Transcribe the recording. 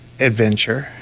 adventure